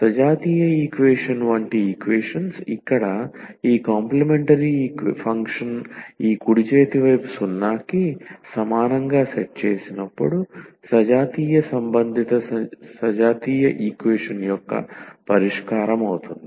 సజాతీయ ఈక్వేషన్ వంటి ఈక్వేషన్స్ ఇక్కడ ఈ కాంప్లిమెంటరీ ఫంక్షన్ ఈ కుడి చేతి వైపు 0 కి సమానంగా సెట్ చేసినప్పుడు సజాతీయ సంబంధిత సజాతీయ ఈక్వేషన్ యొక్క పరిష్కారం అవుతుంది